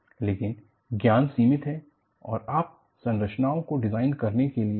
लेकिन ज्ञान सीमित है और आप संरचनाओं को डिजाइन करने के लिए एक सामान्य टेंशन परीक्षण पर निर्भर हैं